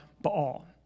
Baal